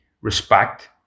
respect